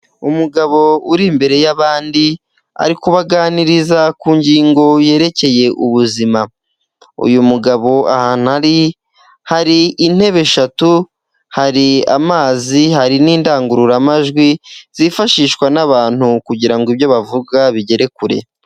Umugabo uri imbere y'abandi, ari kubaganiriza ku ngingo yerekeye ubuzima, uyu mugabo ahantu ari hari intebe eshatu, hari amazi, hari n'indangururamajwi zifashishwa n'abantu kugira ngo ibyo bavuga bigere kure.